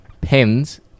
pens